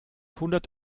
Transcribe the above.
hundert